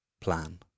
plan